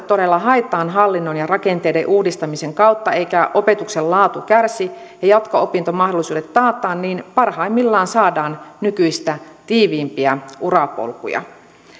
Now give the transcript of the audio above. todella haetaan hallinnon ja rakenteiden uudistamisen kautta eikä opetuksen laatu kärsi ja jatko opintomahdollisuudet taataan niin parhaimmillaan saadaan nykyistä tiiviimpiä urapolkuja